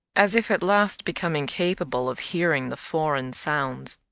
as if at last becoming capable of hearing the foreign sounds.